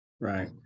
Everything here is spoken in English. right